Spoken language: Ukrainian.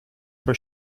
про